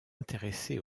intéressé